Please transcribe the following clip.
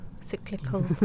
cyclical